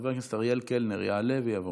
חבר הכנסת אריאל קלנר יעלה ויבוא.